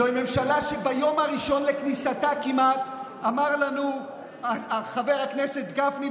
זוהי ממשלה שכמעט ביום הראשון לכניסתה אמר לנו חבר הכנסת גפני,